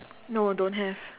no don't have